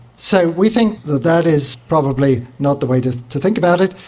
so we think that that is probably not the way to to think about it.